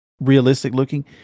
realistic-looking